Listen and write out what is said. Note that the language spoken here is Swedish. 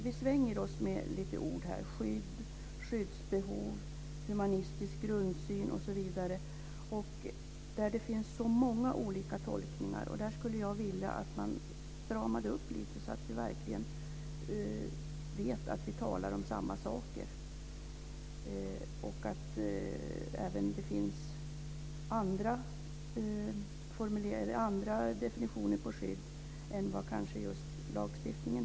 Vi svänger oss med olika ord här: skydd, skyddsbehov, humanistisk grundsyn, osv., där det finns så många olika tolkningar. Där skulle jag vilja att man stramade upp lite, så att vi verkligen vet att vi talar om samma saker och att det även finns andra definitioner av skydd än den som finns i lagstiftningen.